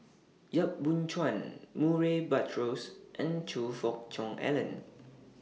Yap Boon Chuan Murray Buttrose and Choe Fook Cheong Alan